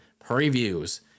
previews